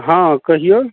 हँ कहिऔ